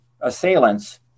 assailants